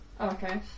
Okay